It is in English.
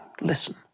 listen